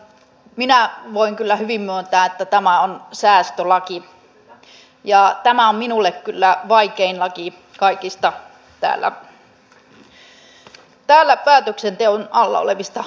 minä voin kyllä hyvin myöntää että tämä on säästölaki ja tämä on minulle kyllä vaikein laki kaikista täällä päätöksenteon alla olevista laeista